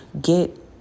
get